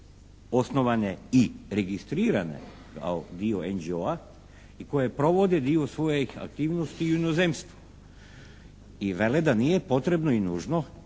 osnovane i registrirane kao dio NGO-a i koje provode dio svojih aktivnosti i u inozemstvu. I vele da nije potrebno i nužno